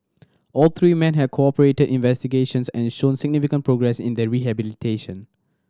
all three man had cooperated in investigations and shown significant progress in their rehabilitation